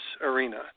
arena